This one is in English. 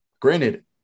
Granted